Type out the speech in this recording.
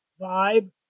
vibe